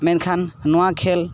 ᱢᱮᱱᱠᱷᱟᱱ ᱱᱚᱣᱟ ᱠᱷᱮᱹᱞ